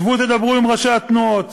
שבו תדברו עם ראשי התנועות,